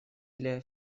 для